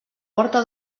porta